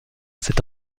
c’est